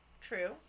true